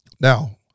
Now